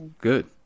Good